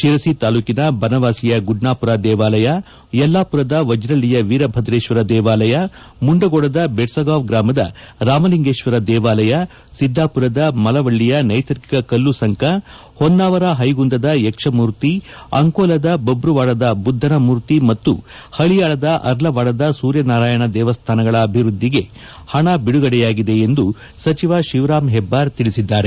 ಶಿರಸಿ ತಾಲೂಕಿನ ಬನವಾಸಿಯ ಗುಡ್ಡಾಪುರ ದೇವಾಲಯ ಯಲ್ಲಾಪುರದ ವಜ್ರಳ್ಳಿಯ ವೀರಭದ್ರೇಶ್ವರ ದೇವಾಲಯ ಮುಂಡಗೋಡದ ಬೆಡ್ಸಗಾಂವ್ ಗ್ರಾಮದ ರಾಮಲಿಂಗೇಶ್ವರ ದೇವಾಲಯ ಸಿದ್ದಾಪುರದ ಮಲವಳ್ಳಿಯ ನೈಸರ್ಗಿಕ ಕಲ್ಲು ಸಂಕ ಹೊನ್ನಾವರ ಹೈಗುಂದದ ಯಕ್ಷಮೂರ್ತಿ ಅಂಕೋಲಾದ ಬಬ್ರುವಾಡದ ಬುದ್ಧನ ಮೂರ್ತಿ ಮತ್ತು ಹಳಿಯಾಳದ ಅರ್ಲವಾಡದ ಸೂರ್ಯನಾರಾಯಣ ದೇವಸ್ಥಾನಗಳ ಅಭಿವೃದ್ದಿಗೆ ಹಣ ಬಿದುಗಡೆಯಾಗಿದೆ ಎಂದು ಸಚಿವ ಶಿವರಾಂ ಹೆಬ್ಬಾರ್ ತಿಳಿಸಿದ್ದಾರೆ